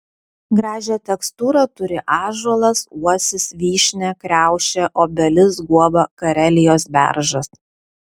gražią tekstūrą turi ąžuolas uosis vyšnia kriaušė obelis guoba karelijos beržas